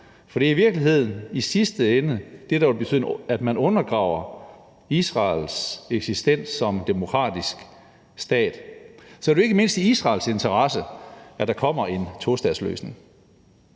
Det vil i virkeligheden i sidste ende være det, der vil betyde, at man undergraver Israels eksistens som demokratisk stat. Så det er ikke mindst i Israels interesse, at der kommer en tostatsløsning.